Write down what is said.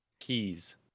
keys